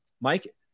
Mike